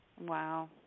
Wow